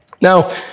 Now